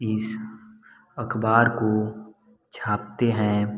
इस अख़बार को छापते हैं